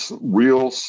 real